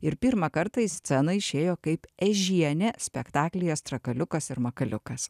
ir pirmą kartą į sceną išėjo kaip ežienė spektaklyje strakaliukas ir makaliukas